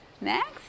Next